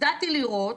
הופתעתי לראות